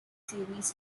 series